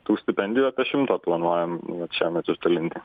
tų stipendijų apie šimtą planuojam vat šiemet išdalinti